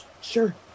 Sure